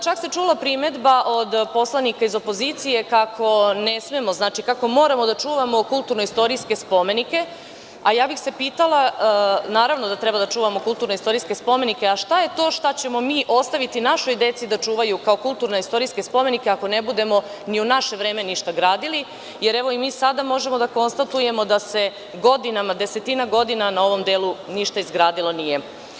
Čak se čula primedba od poslanika iz opozicije kako ne smemo, kako moramo da čuvamo kulturno istorijske spomenike, naravno da treba da čuvamo kulturno istorijske spomenike, ali pitala bih se šta to što ćemo mi ostaviti našoj deci da čuvaju kao kulturno istorijske spomenike, ako ne budemo ni u naše vreme ništa gradili, jer evo i mi sada možemo da konstatujemo da se desetina godina na ovom delu ništa izgradilo nije.